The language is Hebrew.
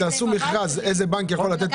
תעשו מכרז איזה בנק יכול לתת --- קרעי,